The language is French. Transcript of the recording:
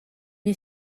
est